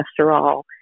cholesterol